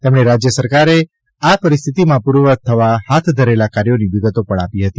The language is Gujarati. તેમણે રાજ્ય સરકારે આ પરિસ્થિતિમાં પૂર્વવત થવા હાથ ધરેલા કાર્યોની વિગતો પણ આપી હતી